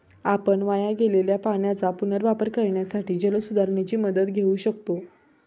आपण वाया गेलेल्या पाण्याचा पुनर्वापर करण्यासाठी जलसुधारणेची मदत घेऊ शकतो